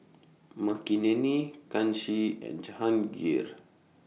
Makineni Kanshi and Jahangir